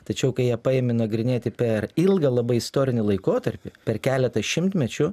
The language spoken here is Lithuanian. tačiau kai jie paimi nagrinėti per ilgą labai istorinį laikotarpį per keletą šimtmečių